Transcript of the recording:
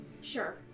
Sure